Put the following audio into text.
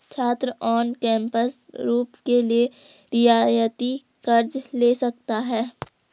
छात्र on campus room के लिए रियायती कर्ज़ ले सकता है